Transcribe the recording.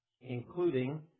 including